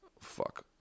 Fuck